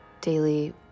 daily